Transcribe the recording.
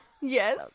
Yes